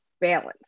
balance